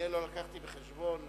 אני לא לקחתי בחשבון